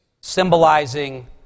symbolizing